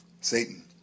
Satan